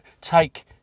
take